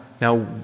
now